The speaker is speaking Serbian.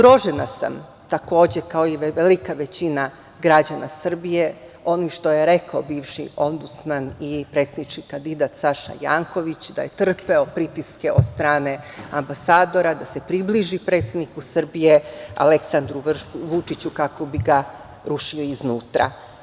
Takođe, zgrožena sam kao i velika većina građana Srbije onim što je rekao bivši ombudsman i predsednički kandidat Saša Janković da je trpeo pritiske od strane ambasadora da se približi predsedniku Srbije Aleksandru Vučiću kako bi ga rušili iznutra.